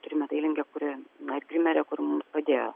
turime dailininkę kuri na ir grimerę kuri mums padėjo